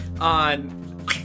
on